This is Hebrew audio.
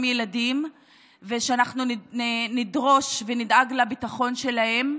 ילדים ושאנחנו נדרוש ונדאג לביטחון שלהם,